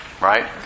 right